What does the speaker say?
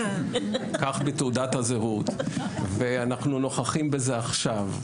כך בתעודת הזהות ואנחנו נוכחים בזה עכשיו.